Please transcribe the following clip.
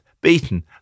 beaten